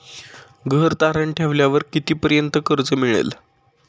घर तारण ठेवल्यावर कितीपर्यंत कर्ज मिळेल?